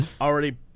Already